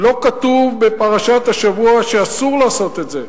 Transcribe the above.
לא כתוב בפרשת השבוע שאסור לעשות את זה.